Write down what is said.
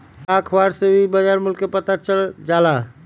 का अखबार से भी बजार मूल्य के पता चल जाला?